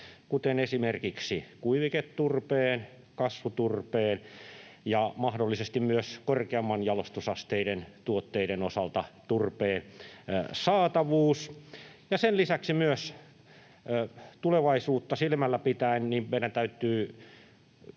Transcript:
kuten esimerkiksi kuiviketurpeen, kasvuturpeen ja mahdollisesti myös korkeamman jalostusasteen tuotteiden osalta saatavuus. Ja sen lisäksi myös tulevaisuutta silmällä pitäen meidän täytyy